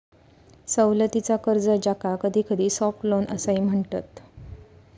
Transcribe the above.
सवलतीचा कर्ज, ज्याका कधीकधी सॉफ्ट लोन असाही म्हणतत